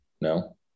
No